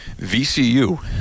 VCU